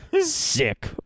Sick